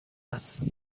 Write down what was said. است